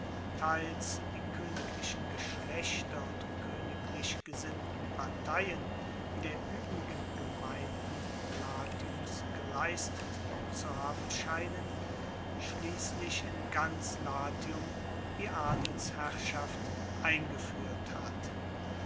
teils die koeniglichen geschlechter und koeniglich gesinnten parteien der uebrigen gemeinden latiums geleistet zu haben scheinen schliesslich in ganz latium die adelsherrschaft eingefuehrt hat